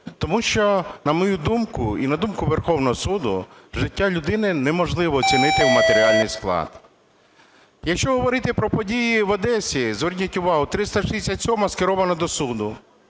Тому що, на мою думку і на думку Верховного Суду, життя людини неможливо оцінити в матеріальний склад. Якщо говорити про події в Одесі, зверніть увагу, 367-а – скерована до суду.